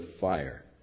fire